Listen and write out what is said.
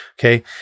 Okay